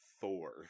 Thor